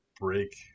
break